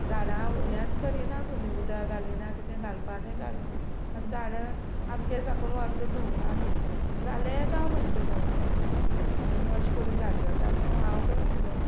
झाडां हेंच करिना तुमी उदक घालिना कितें घालपा तें घालना आनी झाडां आमगे साकून व्हरता तूं आनी जालें ना म्हणटा तूं मागीर अशें करून झाडां जाता गो हांव पळय मुगो